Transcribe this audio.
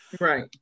Right